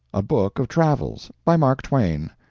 a book of travels. by mark twain.